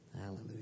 Hallelujah